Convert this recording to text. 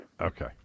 Okay